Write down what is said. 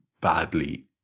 badly